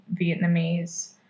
Vietnamese